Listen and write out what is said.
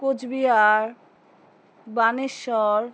Cooch Behar Baneshwar